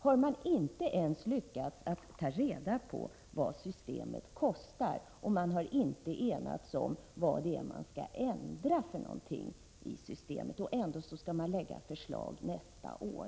Har man inte ens lyckats ta reda på vad systemet kostar och inte enats om vad det är man skall ändra i systemet? Ändå skall man lägga fram förslag nästa år.